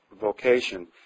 vocation